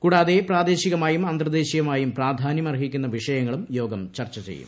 കൂടാതെ പ്രദേശികമായും അന്തർദേശീയ്മാട്യൂ് പ്രാധാന്യം അർഹിക്കുന്ന വിഷയങ്ങളും യോഗം ചർച്ച ചെയ്യും